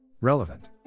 Relevant